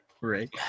right